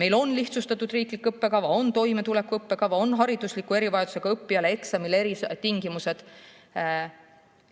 Meil on lihtsustatud riiklik õppekava, on toimetulekuõppekava, haridusliku erivajadusega õppijal on eksamil eritingimused.